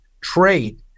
trade